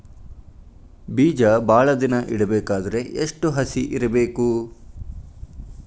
ಬೇಜ ಭಾಳ ದಿನ ಇಡಬೇಕಾದರ ಎಷ್ಟು ಹಸಿ ಇರಬೇಕು?